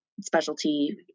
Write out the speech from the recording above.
specialty